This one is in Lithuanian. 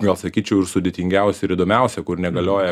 gal sakyčiau ir sudėtingiausia ir įdomiausia kur negalioja